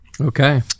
Okay